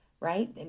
right